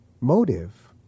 Motive